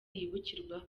yibukirwaho